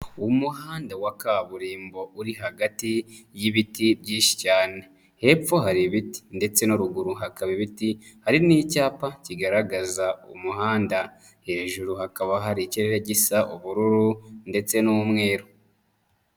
Umuhanda wa kaburimbo uri hagati y'ibiti byinshi cyane. Hepfo hari ibiti ndetse no ruguru hakaba hari ibiti, hari n'icyapa kigaragaza umuhanda. Hejuru hakaba hari ikirere gisa ubururu ndetse n'umweru.